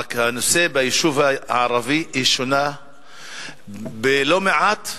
רק שביישוב הערבי היא שונה לא מעט,